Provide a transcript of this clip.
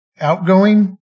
outgoing